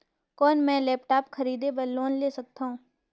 कौन मैं लेपटॉप खरीदे बर लोन ले सकथव?